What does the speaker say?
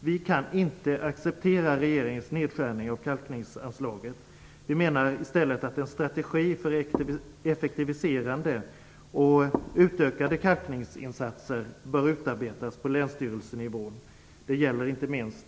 Vi kan inte acceptera regeringens nedskärning av kalkningsanslagen. Vi menar i stället att en strategi effektiviserade och utökade kalkningsinsatser bör utarbetas på länsstyrelsenivå. Det gäller inte minst